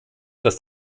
dass